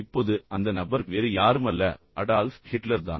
இப்போது அந்த நபர் வேறு யாருமல்ல அடால்ஃப் ஹிட்லர் தான்